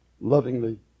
Lovingly